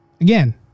Again